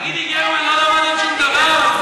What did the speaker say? תגידי, גרמן, לא למדת שום דבר?